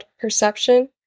perception